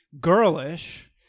girlish